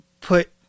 put